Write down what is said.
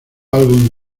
álbum